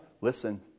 listen